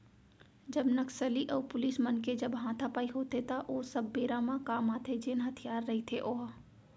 जब नक्सली अऊ पुलिस मन के जब हातापाई होथे त ओ सब बेरा म काम आथे जेन हथियार रहिथे ओहा